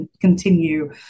continue